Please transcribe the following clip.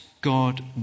God